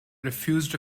refused